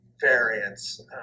variants